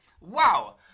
Wow